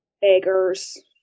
beggars